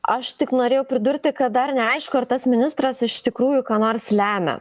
aš tik norėjau pridurti kad dar neaišku ar tas ministras iš tikrųjų ką nors lemia